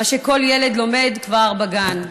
מה שכל ילד לומד כבר בגן.